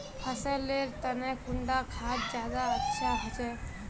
फसल लेर तने कुंडा खाद ज्यादा अच्छा होचे?